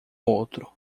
outro